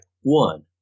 one